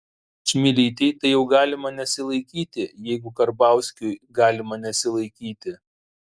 čmilytei tai jau galima nesilaikyti jeigu karbauskiui galima nesilaikyti